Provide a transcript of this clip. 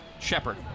Shepard